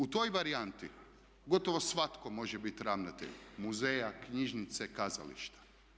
U toj varijanti gotovo svatko može biti ravnatelj muzeja, knjižnice kazališta.